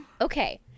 Okay